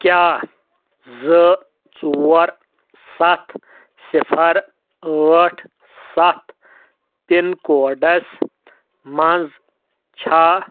کیٚاہ زٕ ژور سَتھ صِفر ٲٹھ سَتھ پِن کوڈَس منٛز چھا